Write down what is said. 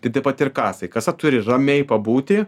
tai taip pat ir kasai kasa turi ramiai pabūti